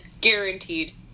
guaranteed